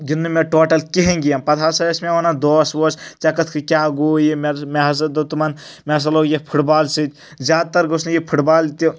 گندنہٕ مےٚ ٹوٹل کِہیٖنۍ گیم پَتہٕ ہسا ٲسۍ مےٚ وَنان دوس ووس ژےٚ کَتھ کہِ کیاہ گوٚو یہِ مےٚ مےٚ ہسا دوٚپ تٕمَن مےٚ ہسا لوگ یہِ فُٹ بال سۭتۍ زیادٕ تر گوٚژھ نہٕ یہِ فُٹ بال تہِ